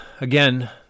again